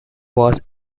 was